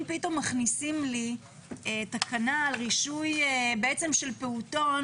פתאום מכניסים לי תקנה על רישוי של פעוטון,